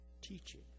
teaching